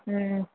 हूँ